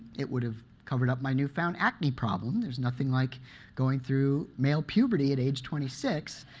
it would have covered up my newfound acne problem. there's nothing like going through male puberty at age twenty six,